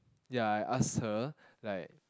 ya I asked her like